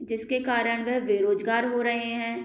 जिसके कारण वह बेरोजगार हो रहें हैं